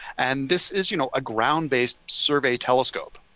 and this is, you know, a ground-based survey telescope.